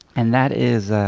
and that is